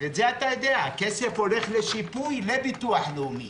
את זה אתה יודע הכסף הולך לשיפוי לביטוח הלאומי.